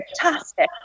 fantastic